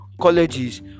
colleges